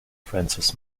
francis